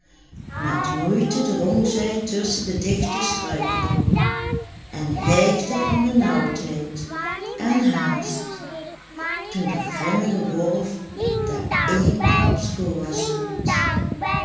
met moeite drong zij tusschen de digte struiken door en hijgde van benaauwdheid en haast toen de grimmige wolf daar eensklaps voor haar stond